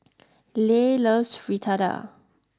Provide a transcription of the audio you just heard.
Leigh loves Fritada